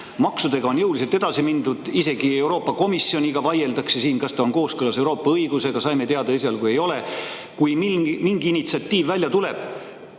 Maksudega on jõuliselt edasi mindud, isegi Euroopa Komisjoniga vaieldakse, kas see on kooskõlas Euroopa õigusega. Saime esialgu teada, et ei ole. Kui mingi initsiatiiv välja tuleb,